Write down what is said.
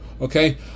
Okay